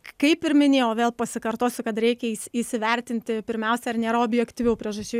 kaip ir minėjau vėl pasikartosiu kad reikia įs įsivertinti pirmiausia ar nėra objektyvių priežasčių